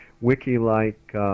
Wiki-like